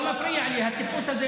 הוא מפריע לי.